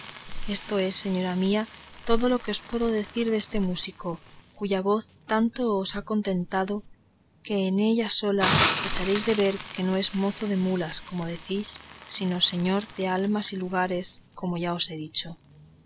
esto es señora mía todo lo que os puedo decir deste músico cuya voz tanto os ha contentado que en sola ella echaréis bien de ver que no es mozo de mulas como decís sino señor de almas y lugares como yo os he dicho